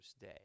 day